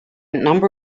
number